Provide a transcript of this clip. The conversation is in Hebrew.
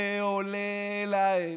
עולה, עולה להם".